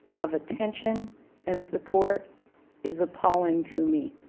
of attention and support is appalling to me.